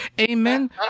Amen